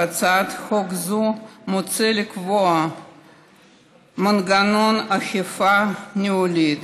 בהצעת חוק זו מוצע לקבוע מנגנון אכיפה מינהלי,